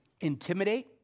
intimidate